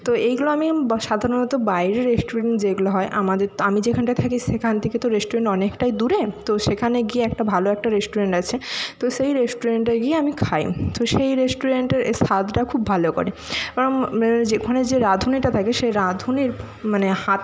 তো এইগুলো আমি সাধারণত বাইরে রেস্টুরেন্ট যেগুলো হয় আমাদের আমি যেখানটায় থাকি সেখান থেকে তো রেস্টুরেন্ট অনেকটাই দূরে তো সেখানে গিয়ে একটা ভালো একটা রেস্টুরেন্ট আছে তো সেই রেস্টুরেন্টটায় গিয়ে আমি খাই তো সেই রেস্টুরেন্টের স্বাদটা খুব ভালো করে কারণ ওখানে যে রাঁধুনিটা থাকে সেই রাঁধুনির মানে হাতের